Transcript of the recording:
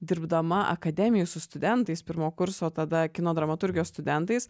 dirbdama akademijoj su studentais pirmo kurso tada kino dramaturgijos studentais